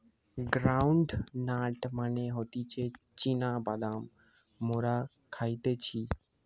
ground nut মানে হতিছে চীনা বাদাম মোরা খাইতেছি